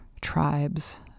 Tribes